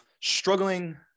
struggling